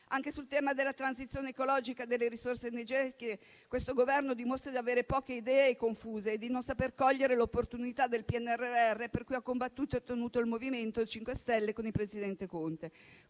Anche sul tema della transizione ecologica e delle risorse energetiche, questo Governo dimostra di avere poche idee e confuse e di non saper cogliere l'opportunità del PNRR per cui ha combattuto il MoVimento 5 Stelle con il presidente Conte.